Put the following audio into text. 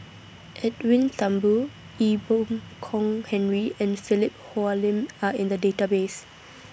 Edwin Thumboo Ee Boon Kong Henry and Philip Hoalim Are in The Database